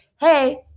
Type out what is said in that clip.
Hey